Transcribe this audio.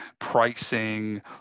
pricing